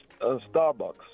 Starbucks